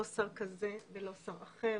לא שר כזה ולא שר אחר,